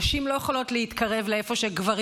נשים לא יכולות להתקרב לאיפה שגברים